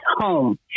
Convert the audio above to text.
home